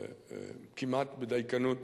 כמעט בדייקנות,